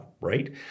right